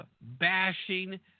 bashing